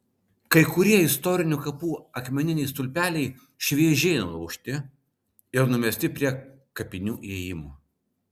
kai kurie istorinių kapų akmeniniai stulpeliai šviežiai nulaužti ir sumesti prie kapinių įėjimo